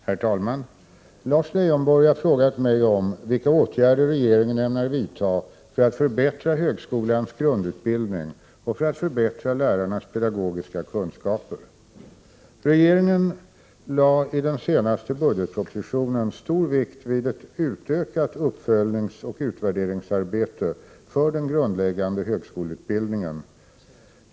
Herr talman! Lars Leijonborg har frågat mig om vilka åtgärder regeringen ämnar vidta för att förbättra högskolans grundutbildning och för att förbättra lärarnas pedagogiska kunskaper: Regeringen lade i den senaste budgetpropositionen stor vikt vid ett utökat uppföljningsoch utvärderingsarbete för den grundläggande högskoleutbildningen.